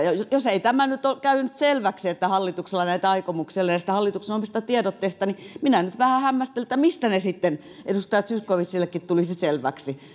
jos tämä ei nyt ole käynyt selväksi että hallituksella näitä aikomuksia oli näistä hallituksen omista tiedotteista niin minä nyt vähän hämmästelen mistä ne sitten edustaja zyskowiczillekin tulisivat selviksi